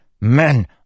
men